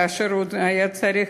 כאשר היה צריך